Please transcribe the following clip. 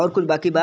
और कुछ बाकी बा?